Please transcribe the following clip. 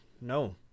No